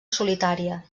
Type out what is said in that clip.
solitària